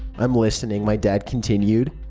i'm listening, my dad continued.